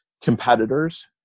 competitors